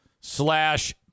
slash